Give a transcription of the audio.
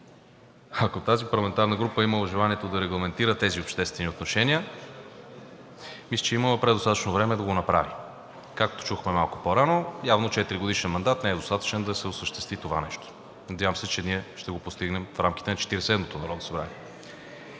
Ако тази парламентарна група е имала желанието да регламентира тези обществени отношения, мисля, че е имала предостатъчно време да го направи, както чухме малко по-рано. Явно четиригодишен мандат не е достатъчен да се осъществи това нещо. Надявам се, че ние ще го постигнем в рамките на Четиридесет и седмото народно събрание.